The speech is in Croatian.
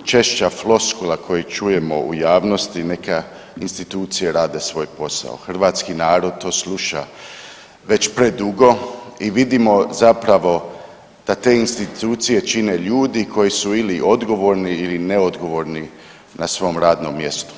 najčešća floskula koju čujemo u javnosti „neka institucije rade svoj posao“, hrvatski narod to sluša već predugo i vidimo zapravo da te institucije čine ljudi koji su ili odgovorni ili neodgovorni na svom radnom mjestu.